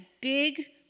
big